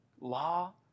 law